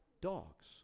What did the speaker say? Dogs